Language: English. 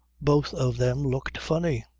both of them looked funny.